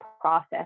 process